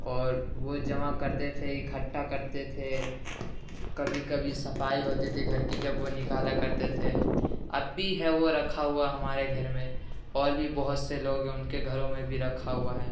اور وہ جمع کرتے تھے اکٹھا کرتے تھے کبھی کبھی صفائی ہوتی تھی گھر کی جب وہ نکالا کرتے تھے اب بھی ہے وہ رکھا ہوا ہمارے گھر میں اور بھی بہت سے لوگ ہیں ان کے گھروں میں بھی رکھا ہوا ہے